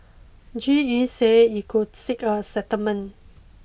G E say it could seek a settlement